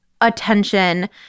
attention